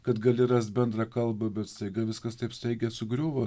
kad gali rast bendrą kalbą bet staiga viskas taip staigiai sugriuvo